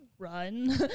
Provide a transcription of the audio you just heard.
run